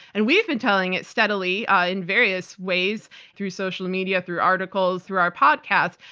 and we've been telling it steadily in various ways through social media, through articles, through our podcasts,